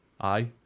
Aye